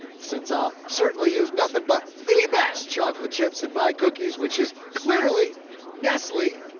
since i'll certainly use nothing but the best chocolate chips and my cookies, which is clearly nestle,